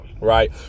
Right